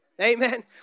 Amen